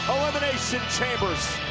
elimination chambers,